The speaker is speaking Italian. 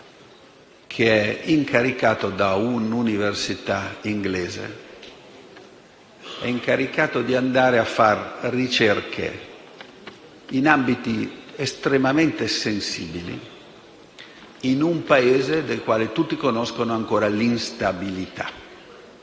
che è incaricato da un'università inglese di andare a fare ricerca in ambiti estremamente sensibili e in un Paese del quale tutti conoscono l'instabilità.